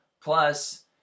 Plus